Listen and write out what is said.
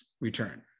return